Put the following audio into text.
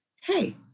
hey